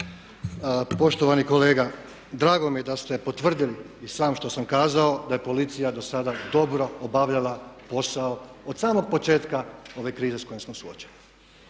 Poštovani kolega, drago mi je da ste potvrdili i sam što sam kazao da je policija do sada dobro obavljala posao od samog početka ove krize s kojom smo suočeni.